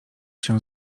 się